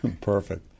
Perfect